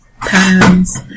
patterns